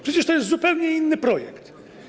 Przecież to jest zupełnie inny projekt.